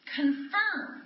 confirm